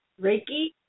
Reiki